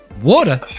Water